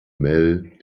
mel